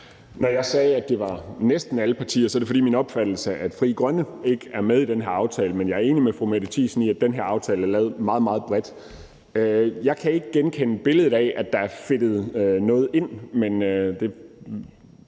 Når jeg sagde, at det var næsten alle partier, så er det, fordi det er min opfattelse, at Frie Grønne ikke er med i den her aftale. Men jeg er enig med fru Mette Thiesen i, at den her aftale er lavet meget, meget bredt. Jeg kan dog ikke genkende billedet af, at der er fedtet noget ind, og det